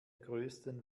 größten